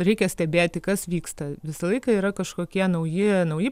reikia stebėti kas vyksta visą laiką yra kažkokie nauji nauji